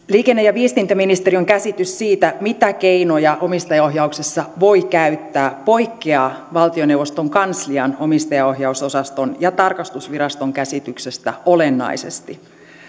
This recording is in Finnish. liikenne ja viestintäministeriön käsitys siitä mitä keinoja omistajaohjauksessa voi käyttää poikkeaa valtioneuvoston kanslian omistajaohjausosaston ja tarkastusviraston käsityksestä olennaisesti